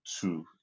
two